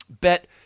bet